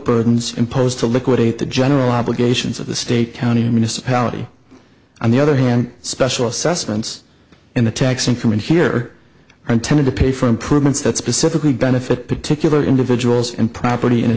burdens imposed to liquidate the general obligations of the state county municipality on the other hand special assessments in the tax income in here are intended to pay for improvements that specifically benefit particular individuals and property in a